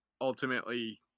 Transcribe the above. ultimately